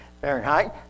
Fahrenheit